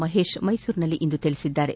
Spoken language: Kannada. ಮಹೇಶ್ ಮೈಸೂರಿನಲ್ಲಿಂದು ತಿಳಿಸಿದ್ದಾರೆ